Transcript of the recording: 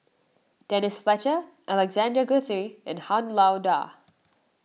Denise Fletcher Alexander Guthrie and Han Lao Da